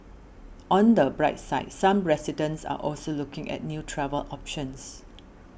on the bright side some residents are also looking at new travel options